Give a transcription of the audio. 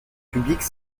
publique